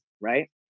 right